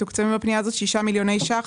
מתוקצבים בפנייה הזאת 6 מיליוני שקלים